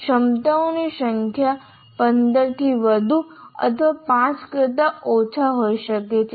ક્ષમતાઓની સંખ્યા 15થી વધુ અથવા 5 કરતા ઓછા હોઈ શકે છે